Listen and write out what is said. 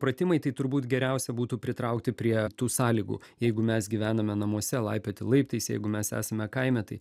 pratimai tai turbūt geriausia būtų pritraukti prie tų sąlygų jeigu mes gyvename namuose laipioti laiptais jeigu mes esame kaime tai